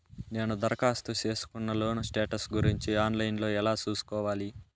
నేను దరఖాస్తు సేసుకున్న లోను స్టేటస్ గురించి ఆన్ లైను లో ఎలా సూసుకోవాలి?